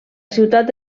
ciutat